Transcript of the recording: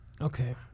Okay